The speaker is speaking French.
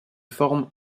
forment